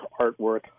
artwork